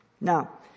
Now